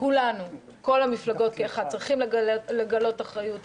כולנו, כל המפלגות כאחת צריכות לגלות אחריות.